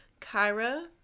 Kyra